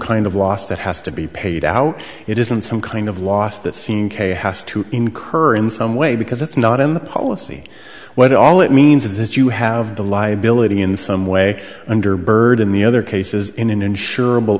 kind of loss that has to be paid out it isn't some kind of loss that scene k has to incur in some way because it's not in the policy what all it means that you have the liability in some way under bird in the other cases in uninsur